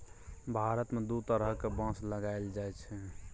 भारत मे दु तरहक बाँस लगाएल जाइ छै